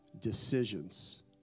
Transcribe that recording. decisions